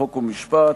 חוק ומשפט.